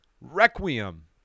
Requiem